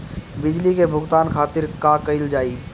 बिजली के भुगतान खातिर का कइल जाइ?